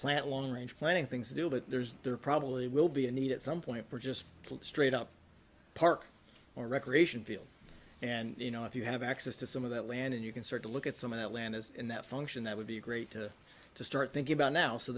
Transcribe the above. plant long range planning things to do but there's there probably will be a need at some point for just straight up park or recreation field and you know if you have access to some of that land and you can start to look at some of that land as in that function that would be great to to start thinking about now so